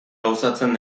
gauzatzen